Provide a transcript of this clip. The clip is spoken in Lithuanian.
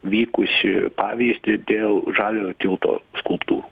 vykusį pavyzdį dėl žaliojo tilto skulptūrų